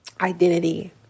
Identity